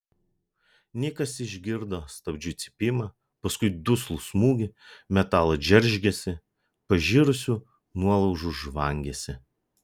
nikas išgirdo stabdžių cypimą paskui duslų smūgį metalo džeržgesį pažirusių nuolaužų žvangesį